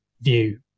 view